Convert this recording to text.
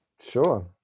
Sure